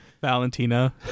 Valentina